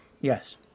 Yes